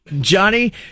Johnny